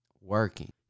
working